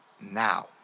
now